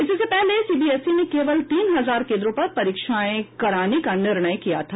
इससे पहले सीबीएसई ने केवल तीन हजार केन्द्रों पर परीक्षाएं कराने का निर्णय किया था